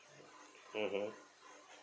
mmhmm